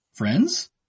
Friends